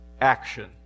action